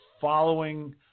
following